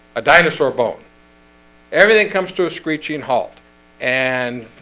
a dinosaur bone everything comes to a screeching halt and